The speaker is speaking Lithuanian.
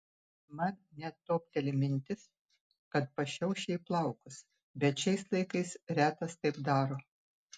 man net topteli mintis kad pašiauš jai plaukus bet šiais laikais retas taip daro